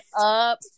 up